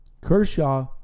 Kershaw